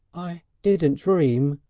i didn't dream,